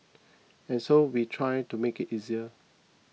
and so we try to make it easier